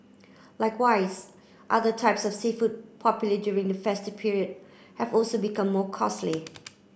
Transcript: likewise other types of seafood popular during the festive period have also become more costly